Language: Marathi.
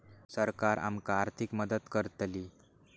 सरकार आमका आर्थिक मदत करतली?